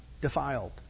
defiled